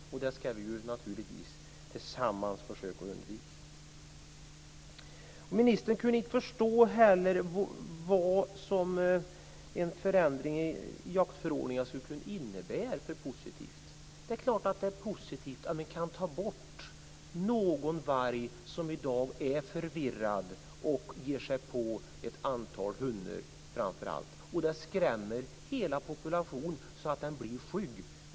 Den situationen ska vi naturligtvis tillsammans försöka att undvika. Ministern kunde inte förstå vad en förändring i jaktförordningen skulle innebära för positivt. Det är klart att det är positivt om man kan ta bort någon varg som i dag är förvirrad och ger sig på ett antal hundar framför allt. Detta skrämmer hela populationen, så att den blir skygg.